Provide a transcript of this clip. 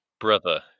Brother